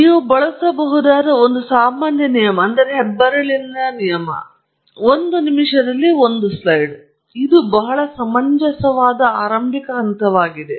ಆದ್ದರಿಂದ ನೀವು ಬಳಸಬಹುದಾದ ಒಂದು ಸಾಮಾನ್ಯ ನಿಯಮ ಹೆಬ್ಬೆರಳಿನ ನಿಯಮ ಒಂದು ನಿಮಿಷದಲ್ಲಿ ಒಂದು ಸ್ಲೈಡ್ ಇದು ಬಹಳ ಸಮಂಜಸವಾದ ಆರಂಭಿಕ ಹಂತವಾಗಿದೆ